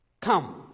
come